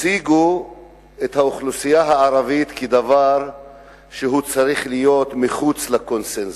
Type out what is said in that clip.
הציגו את האוכלוסייה הערבית כדבר שצריך להיות מחוץ לקונסנזוס.